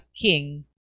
king